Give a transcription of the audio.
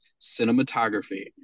cinematography